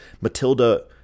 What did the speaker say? Matilda